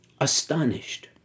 Astonished